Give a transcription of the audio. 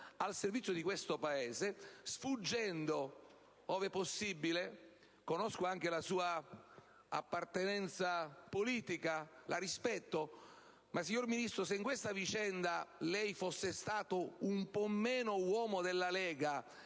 al servizio di questo Paese. Conosco anche la sua appartenenza politica e la rispetto ma, signor Ministro, se in questa vicenda lei fosse stato un po' meno uomo della Lega